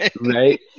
right